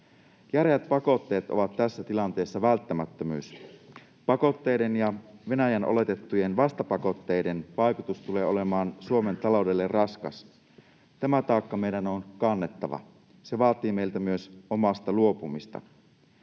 Järeät pakotteet ovat tässä tilanteessa välttämättömyys. Pakotteiden ja Venäjän oletettujen vastapakotteiden vaikutus tulee olemaan Suomen taloudelle raskas. Tämä taakka meidän on kannettava. Se vaatii meiltä myös omasta luopumista.